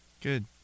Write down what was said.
Good